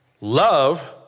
Love